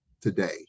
today